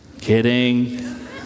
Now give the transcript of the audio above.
Kidding